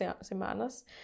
semanas